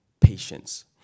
patience